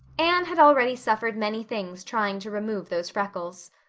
anne had already suffered many things trying to remove those freckles.